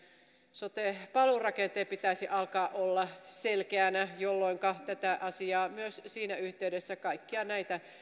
valurakenteen pitäisi alkaa olla selkeänä jolloinka tätä asiaa kaikkia näitä myös siinä yhteydessä